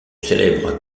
célèbre